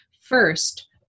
first